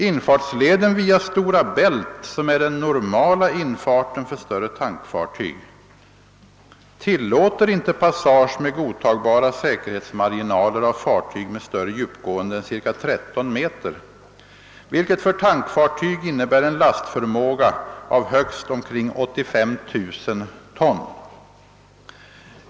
Infartsleden via Stora Bält, som är den normala infarten för större tankfartyg, tillåter inte passage med godtagbara säkerhetsmarginaler av fartyg med större djupgående än ca 13 m, vilket för tankfartyg innebär en lastförmåga av högst omkring 85 000 ton.